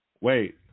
Wait